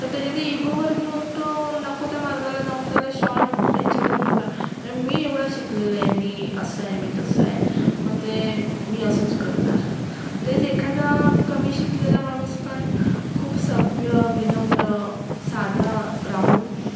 तर त्याच्यात इगोवर घेऊन तो नको त्या मार्गाला जाऊन त्याला शॉर्ट ह्याच्यातून बा मी एवढा शिकलेला आहे मी असं आहे मी तसं आहे मग ते मी असंच करणार तेच एखादा कमी शिकलेला माणूस पण खूप सभ्य विनम्र साधा राहून